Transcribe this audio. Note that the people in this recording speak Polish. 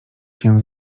się